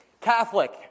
Catholic